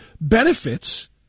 benefits